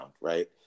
right